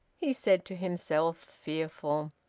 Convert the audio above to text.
he said to himself, fearful,